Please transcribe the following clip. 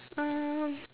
um